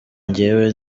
njyewe